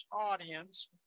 audience